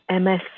MS